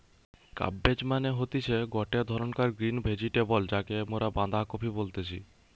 cabbage মানে হতিছে গটে ধরণকার গ্রিন ভেজিটেবল যাকে মরা বাঁধাকপি বলতেছি